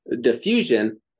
diffusion